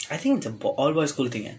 I think it's a all boys' school thing eh